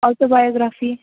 autobiography